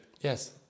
Yes